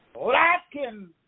lacking